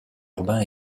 urbain